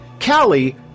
Callie